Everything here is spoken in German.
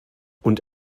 und